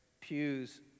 pews